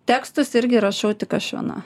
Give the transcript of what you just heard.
tekstus irgi rašau tik aš viena